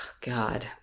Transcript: god